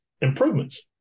improvements